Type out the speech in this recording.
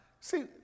see